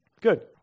Good